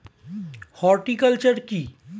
Horticulture কি?